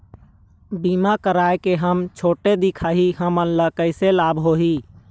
बीमा कराए के हम छोटे दिखाही हमन ला कैसे लाभ होही?